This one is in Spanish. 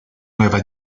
nueva